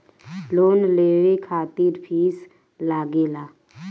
Loan लेवे खातिर fees लागेला?